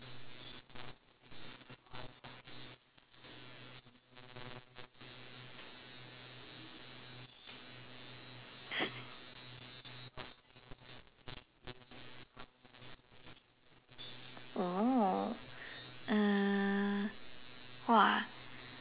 oh uh !wah!